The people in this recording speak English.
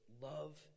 love